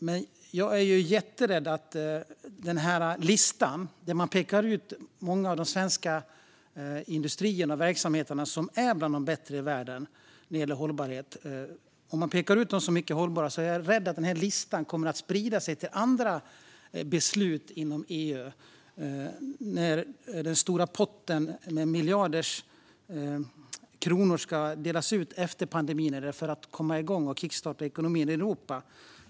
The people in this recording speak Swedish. Men jag är jätterädd att denna lista, där man pekar ut många av de svenska industrierna och verksamheterna, som är bland de bättre i världen när det gäller hållbarhet, som icke hållbara kommer att sprida sig till andra beslut inom EU, när den stora potten med miljarder kronor ska delas ut efter pandemin för att kickstarta ekonomin i Europa.